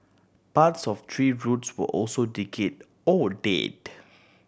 parts of tree's roots were also decayed or dead